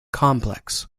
complex